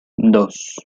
dos